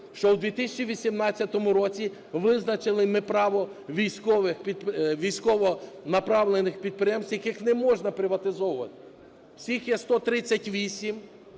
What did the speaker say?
що в 2018 році визначили ми право військовонаправлених підприємств, які не можна приватизовувати. Всіх є 138.